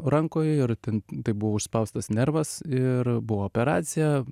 rankoj ir ten tai buvo užspaustas nervas ir buvo operacija